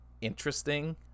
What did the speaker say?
interesting